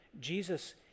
Jesus